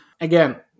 again